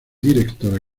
directora